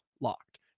locked